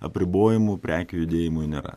apribojimų prekių judėjimui nėra